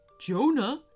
Jonah